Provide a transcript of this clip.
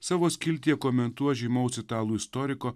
savo skiltyje komentuos žymaus italų istoriko